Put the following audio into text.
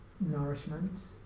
Nourishment